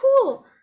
cool